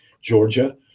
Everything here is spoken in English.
Georgia